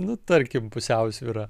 nu tarkim pusiausvyrą